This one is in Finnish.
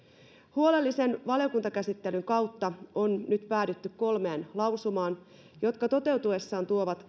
huolellisen valiokuntakäsittelyn kautta on nyt päädytty kolmeen lausumaan jotka toteutuessaan tuovat